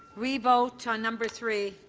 revote on number three.